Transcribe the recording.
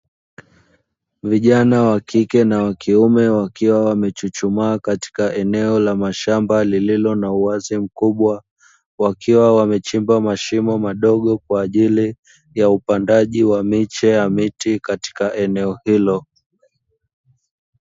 Vijana wa kike na wa kiume wakiwa wamechuchumaa katika eneo la mashamba lililo na uwazi mkubwa, wakiwa wamechimba mashimo madogo kwa ajili ya upandaji wa miche ya miti katika eneo hilo.